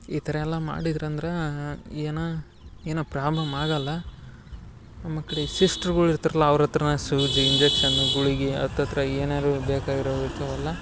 ಈ ಥರ ಎಲ್ಲ ಮಾಡಿದ್ರಂದ್ರಾ ಏನ ಏನ ಪ್ರಾಬ್ಲಮ್ ಆಗಲ್ಲ ನಮ್ಮ ಕಡೆ ಈ ಸಿಸ್ಟ್ರುಗುಳ್ ಇರ್ತ್ರಲ್ಲ ಅವ್ರ್ ಅತ್ರನ ಸೂಜಿ ಇಂಜೆಕ್ಷನ್ ಗುಳಿಗಿ ಅತ್ ಅತ್ರ ಏನಾರು ಬೇಕಾಗಿರೋದ್ ಇರ್ತವಲ್ಲ